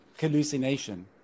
hallucination